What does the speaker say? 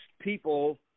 people